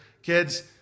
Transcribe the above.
kids